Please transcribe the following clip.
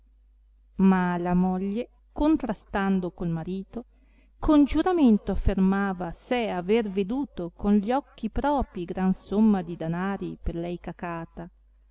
ma la moglie contrastando col marito con giuramento affermava sé aver veduto con gli occhi propi gran somma di danari per lei cacata